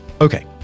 Okay